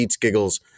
Giggles